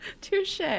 touche